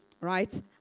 right